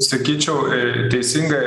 sakyčiau teisinga